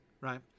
right